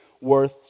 worth